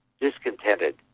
discontented